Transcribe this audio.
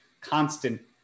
constant